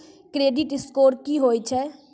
Credit score की होय छै?